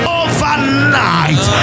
overnight